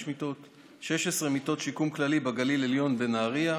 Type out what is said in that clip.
16 מיטות שיקום כללי בגליל עליון בנהריה,